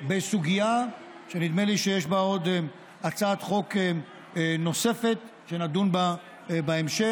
בסוגיה שנדמה לי שיש בעוד הצעת חוק נוספת שנדון בה בהמשך,